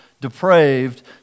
depraved